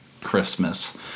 Christmas